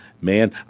Man